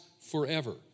forever